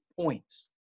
points